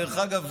דרך אגב,